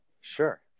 Sure